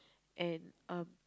and uh